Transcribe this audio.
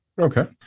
Okay